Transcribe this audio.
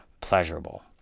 pleasurable